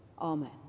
Amen